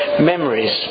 memories